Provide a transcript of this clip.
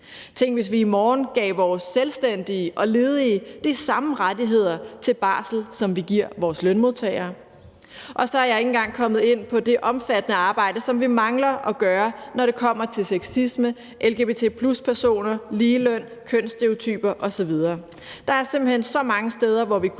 Tænk, hvis vi i morgen gav vores selvstændige og ledige de samme rettigheder til barsel, som vi giver vores lønmodtagere. Og så er jeg ikke engang kommet ind på det omfattende arbejde, som vi mangler at gøre, når det kommer til sexisme, lgbt+-personer, ligeløn, kønsstereotyper osv. Der er simpelt hen så mange steder, hvor vi kunne